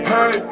Hey